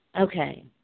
Okay